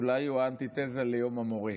אולי הוא אנטיתזה ליום המורה.